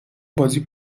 بازی